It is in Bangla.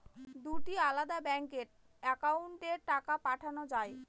দুটি আলাদা ব্যাংকে অ্যাকাউন্টের টাকা পাঠানো য়ায়?